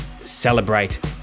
celebrate